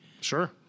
Sure